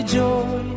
joy